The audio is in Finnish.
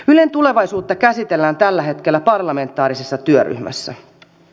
ylen tulevaisuutta käsitellään tällä hetkellä parlamentaarisessa työryhmässä